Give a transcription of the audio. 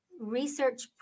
research